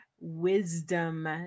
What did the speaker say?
wisdom